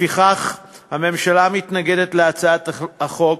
לפיכך הממשלה מתנגדת להצעת החוק,